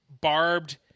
barbed